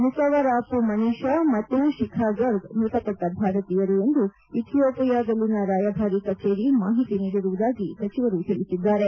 ನುಕವರಾಪು ಮನೀಷಾ ಮತ್ತು ಶಿಖಾ ಗರ್ಗ್ ಮೃತಪಟ್ಟ ಭಾರತೀಯರು ಎಂದು ಇಥಿಯೋಪಿಯಾದಲ್ಲಿನ ರಾಯಭಾರಿ ಕಚೇರಿ ಮಾಹಿತಿ ನೀಡಿರುವುದಾಗಿ ಸಚಿವರು ತಿಳಿಸಿದ್ದಾರೆ